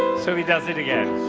so he does it again.